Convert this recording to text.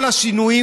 כל השינויים,